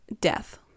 death